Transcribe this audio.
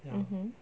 mmhmm